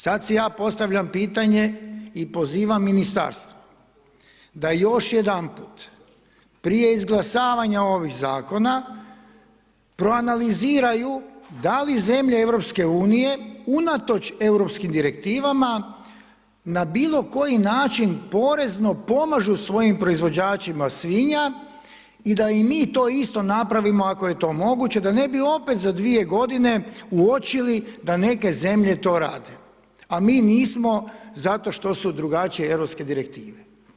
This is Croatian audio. Sada si ja postavljam pitanje i pozivam ministarstvo da još jedanput prije izglasavanja ovih zakona proanaliziraju da li zemlje EU unatoč europskim direktivama na bilo koji način porezno pomažu svojim proizvođačima svinja i da i mi to isto napravimo ako je to moguće da ne bi opet za 2 godine uočili da neke zemlje to rade, a mi nismo zato što su drugačije Europske direktive.